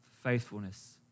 faithfulness